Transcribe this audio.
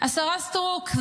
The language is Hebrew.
השרה סטרוק,